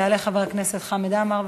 יעלה חבר הכנסת חמד עמאר.